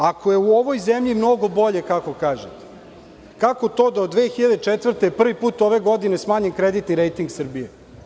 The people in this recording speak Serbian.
Ako je u ovoj zemlji mnogo bolje, kako kažete, kako to da od 2004. godine prvi put ove godine smanjen kreditni rejting Srbije?